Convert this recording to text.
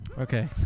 Okay